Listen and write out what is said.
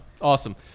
Awesome